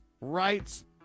rights